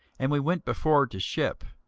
and we went before to ship,